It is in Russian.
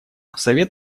совет